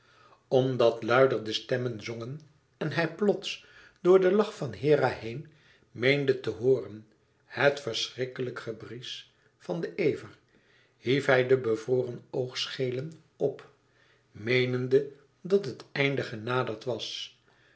omdat luider de stemmen zongen en hij plots door den lach van hera heen meende te hooren het verschrikkelijk gebriesch van den ever hief hij de bevroren oogscheelen op meenende dat het einde genaderd was